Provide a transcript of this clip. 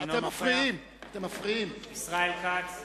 אינו נוכח ישראל כץ,